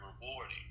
rewarding